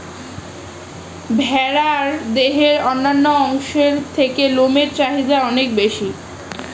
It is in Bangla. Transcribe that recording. ভেড়ার দেহের অন্যান্য অংশের থেকে লোমের চাহিদা অনেক বেশি